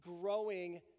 growing